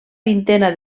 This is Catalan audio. vintena